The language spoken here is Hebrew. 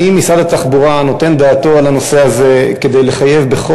האם משרד התחבורה נותן דעתו לנושא הזה כדי לחייב בחוק